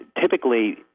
typically